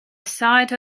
side